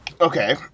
Okay